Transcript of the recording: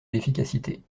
l’efficacité